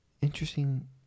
interesting